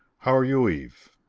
how are you, eve?